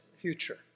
future